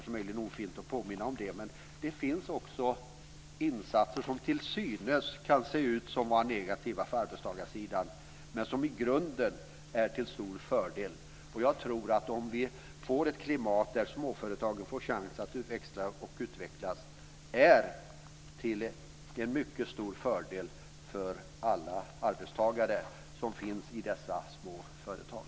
Det är möjligen ofint att påminna om den, men det finns insatser som till synes kan verka negativa för arbetstagarsidan men som i grunden är till stor fördel. Om vi får ett klimat där småföretagen får en chans att växa och utvecklas är det till fördel för alla arbetstagare i dessa små företag.